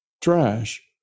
trash